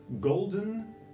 golden